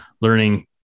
learning